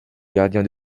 gardien